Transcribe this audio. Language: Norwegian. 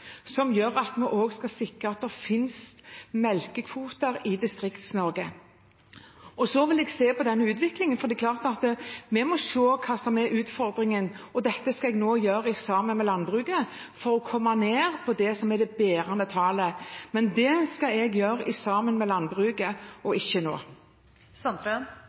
som gjør at vi også sikrer at det finnes melkekvoter i Distrikts-Norge. Og så vil jeg se på denne utviklingen. For det er klart at vi må se på hva som er utfordringen – og dette skal jeg gjøre sammen med landbruket – for å komme ned på det som er det bærende tallet. Men det skal jeg gjøre sammen med landbruket og ikke